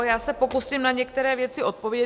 Já se pokusím na některé věci odpovědět.